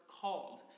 called